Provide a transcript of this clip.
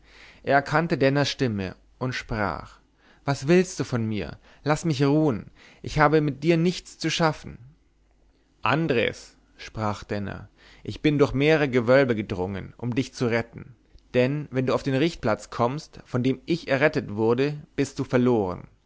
er erkannte denners stimme und sprach was willst du von mir laß mich ruhen ich habe mit dir nichts zu schaffen andres sprach denner ich bin durch mehrere gewölbe gedrungen um dich zu retten denn wenn du auf den richtplatz kommst von dem ich errettet wurde bist du verloren